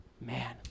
man